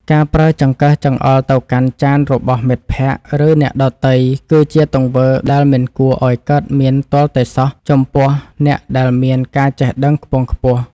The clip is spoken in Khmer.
ការប្រើចង្កឹះចង្អុលទៅកាន់ចានរបស់មិត្តភក្តិ ឬ អ្នកដទៃគឺជាទង្វើដែលមិនគួរឱ្យកើតមានទាល់តែសោះចំពោះអ្នកដែលមានការចេះដឹងខ្ពង់ខ្ពស់។